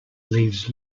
leaves